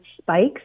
spikes